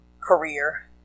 career